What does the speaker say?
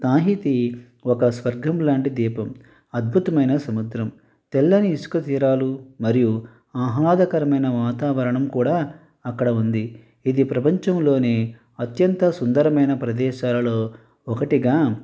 Tahiti ఒక స్వర్గం లాంటి దీపం అద్భుతమైన సముద్రం తెల్లని ఇసుక తీరాలు మరియు ఆహ్లాదకరమైన వాతావరణం కూడా అక్కడ ఉంది ఇది ప్రపంచంలోనే అత్యంత సుందరమైన ప్రదేశాలలో ఒకటిగా